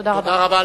תודה רבה.